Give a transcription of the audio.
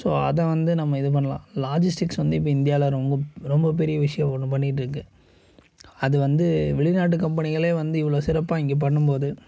so அதை வந்து நம்ம இது பண்ணலாம் லாஜிஸ்டிக்ஸ் வந்து இப்போ இந்தியாவில ரொம்ப ரொம்ப பெரிய விஷயோம் ஒன்று பண்ணிட்டிருக்கு அது வந்து வெளிநாட்டு கம்பெனிங்களே வந்து இவ்வளோ சிறப்பாக இங்கே பண்ணும்போது